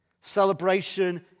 Celebration